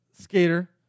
skater